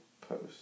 post